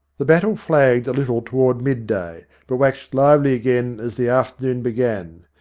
the battle flagged a little toward mid-day, but waxed lively again as the afternoon began.